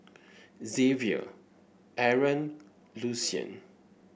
Xavier Aron Lucien